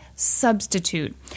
substitute